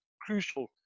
crucial